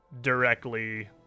directly